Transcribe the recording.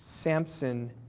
Samson